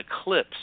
eclipse